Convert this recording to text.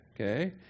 Okay